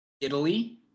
Italy